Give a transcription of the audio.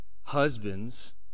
Husbands